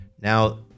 Now